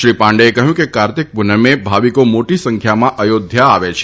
શ્રી પાંડેએ કહ્યું કે કારતિક પૂનમે ભાવિકો મોટી સંખ્યામાં અયોધ્યા આવે છે